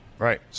Right